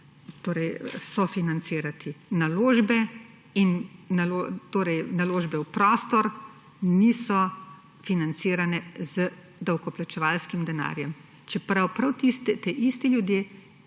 sofinancirati. Naložbe v prostor niso financirane z davkoplačevalskim denarjem, čeprav ta isti ljudje